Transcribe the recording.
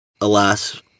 alas